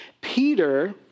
Peter